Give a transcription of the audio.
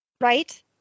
right